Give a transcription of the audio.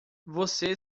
você